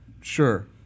Sure